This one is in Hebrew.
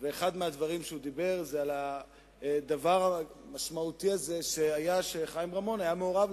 ואחד הדברים שהוא אמר זה על הדבר המשמעותי הזה שחיים רמון היה מעורב,